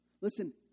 listen